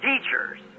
teachers